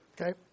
Okay